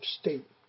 state